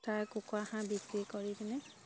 তাৰে কুকুৰা হাঁহ বিক্ৰী কৰি কিনে